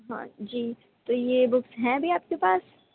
ہاں جی تو یہ بکس ہیں ابھی آپ کے پاس